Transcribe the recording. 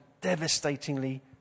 devastatingly